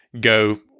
go